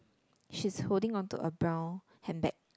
she's holding on to a brown hand bag